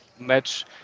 match